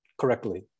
correctly